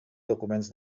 documents